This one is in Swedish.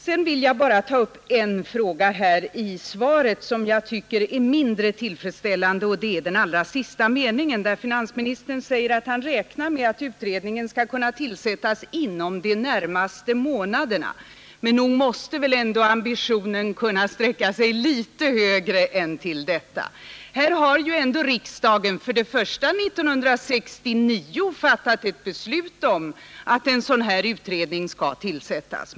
Jag vill sedan bara ta upp en del av finansministerns svar som jag tycker är mindre tillfredsställande, nämligen den allra sista meningen, där finansministern säger att han räknar med att utredningen skall kunna tillsättas ”inom de närmaste månaderna”. Nog måste väl ändå ambitionen kunna sträcka sig litet högre än till detta. Riksdagen har ändå först och främst 1969 fattat ett beslut om att en utredning av detta slag skulle tillsättas.